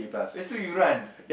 eh so you run